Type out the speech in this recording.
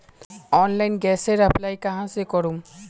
Online गैसेर apply कहाँ से करूम?